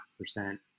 percent